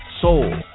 soul